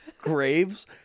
Graves